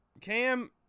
Cam